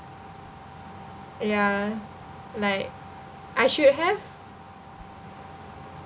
ya like I should have